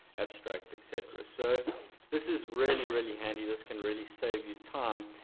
abstract etc. so this is really really handy this can really save you time.